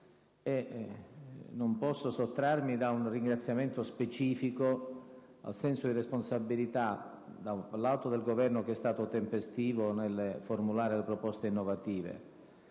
Non posso sottrarmi da un ringraziamento specifico al senso di responsabilità del Governo, che è stato tempestivo nel formulare proposte innovative,